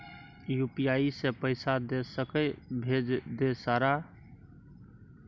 UPI से पैसा दे सके भेज दे सारा?